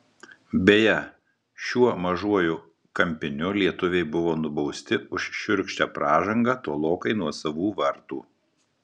beje šiuo mažuoju kampiniu lietuviai buvo nubausti už šiurkščią pražangą tolokai nuo savų vartų